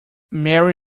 marry